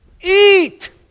eat